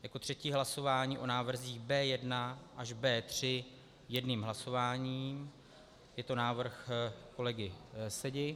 Jako třetí hlasování o návrzích B1 až B3 jedním hlasováním, je to návrh kolegy Sedi.